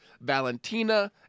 valentina